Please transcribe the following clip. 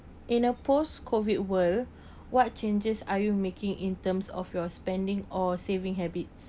in a post COVID world what changes are you making in terms of your spending or saving habits